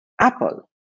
Apple